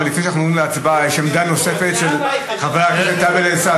אבל לפני שאנחנו עוברים להצבעה יש עמדה נוספת של חבר הכנסת טלב אלסאנע.